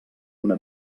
una